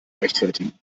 rechtfertigen